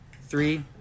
Three